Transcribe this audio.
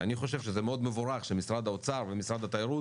שאני חושב שזה מאוד מבורך שמשרד האוצר ומשרד התיירות